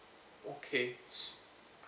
okay